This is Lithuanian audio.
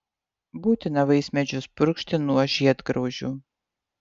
būtina vaismedžius purkšti nuo žiedgraužių